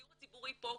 הדיור הציבורי פה קורס,